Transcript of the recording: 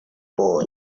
boy